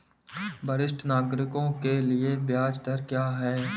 वरिष्ठ नागरिकों के लिए ब्याज दर क्या हैं?